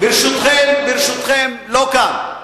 ברשותכם, לא כאן.